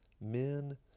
men